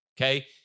Okay